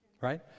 Right